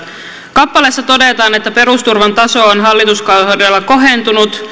kappaleessa todetaan että perusturvan taso on hallituskaudella kohentunut